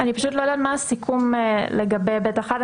אני פשוט לא יודעת מה הסיכום לגבי ב/1.